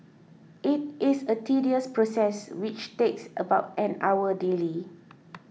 it is a tedious process which takes about an hour daily